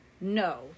No